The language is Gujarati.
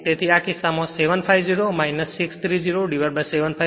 તેથી આ કિસ્સામાં 750 630750 Smax T 0